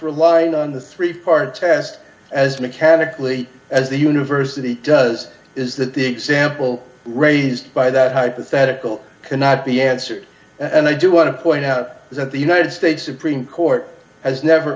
relying on the three part test as mechanically as the university does is that the example raised by that hypothetical cannot be answered and i do want to point out that the united states supreme court has never